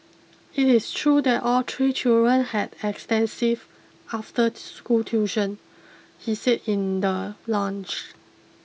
it is true that all three children had extensive after school tuition he said in the launch